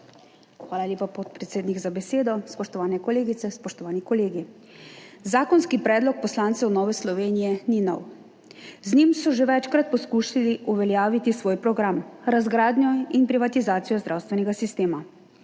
Hvala lepa, podpredsednik, za besedo. Spoštovane kolegice, spoštovani kolegi! Zakonski predlog poslancev Nove Slovenije ni nov. Z njim so že večkrat poskušali uveljaviti svoj program – razgradnjo in privatizacijo zdravstvenega sistema.